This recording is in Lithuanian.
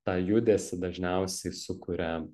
tą judesį dažniausiai sukuria